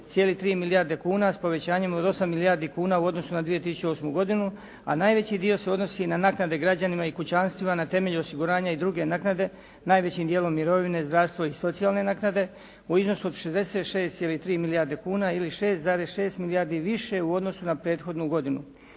milijarde kuna s povećanjem od 8 milijardi kuna u odnosu na 2008. godinu, a najveći dio se odnosi na naknade građanima i kućanstvima na temelju osiguranja i druge naknade najvećim dijelom mirovine, zdravstvo i socijalne naknade u iznosu od 66,3 milijarde kuna ili 6,6 milijardi više u odnosu na prethodnu godinu